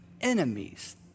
enemies